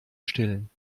stillen